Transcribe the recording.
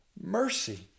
mercy